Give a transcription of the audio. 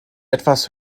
etwas